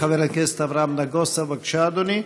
חבר הכנסת אברהם נגוסה, בבקשה, אדוני.